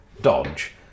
Dodge